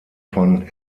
von